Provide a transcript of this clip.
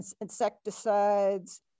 insecticides